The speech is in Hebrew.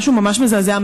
משהו ממש מזעזע,